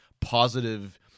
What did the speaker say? positive